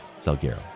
Salguero